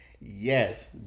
yes